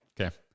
okay